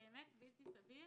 באמת בלתי סביר